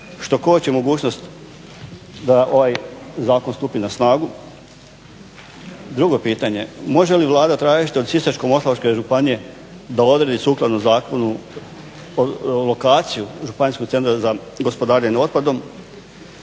što koči mogućnost da ovaj zakon stupi na snagu? Drugo pitanje, može li Vlada tražiti od Sisačko-moslavačke županije da odredi sukladno zakonu lokaciju Županijskog centra za gospodarenje otpadom?